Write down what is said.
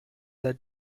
their